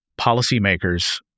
policymakers